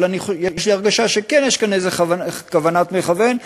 אבל יש לי הרגשה שכן יש כאן איזו כוונת מכוון,